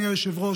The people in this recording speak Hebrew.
אדוני היושב-ראש,